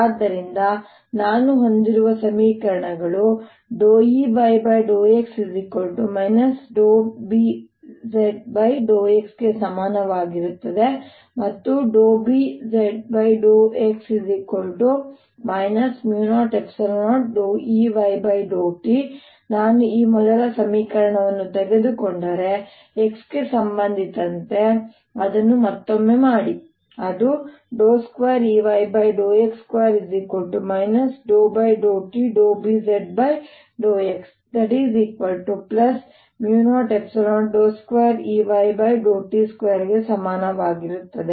ಆದ್ದರಿಂದ ನಾನು ಹೊಂದಿರುವ ಸಮೀಕರಣಗಳು Eyx Bz∂x ಗೆ ಸಮನಾಗಿರುತ್ತದೆ ಮತ್ತು Bz∂x 00 Eytನಾನು ಈ ಮೊದಲ ಸಮೀಕರಣವನ್ನು ತೆಗೆದುಕೊಂಡರೆ x ಗೆ ಸಂಬಂಧಿಸಿದಂತೆ ಅದನ್ನು ಮತ್ತೊಮ್ಮೆ ಮಾಡಿ ಅದು 2Eyx2 ∂tBz∂x002Eyt2 ಸಮಾನವಾಗಿರುತ್ತದೆ